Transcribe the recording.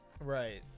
Right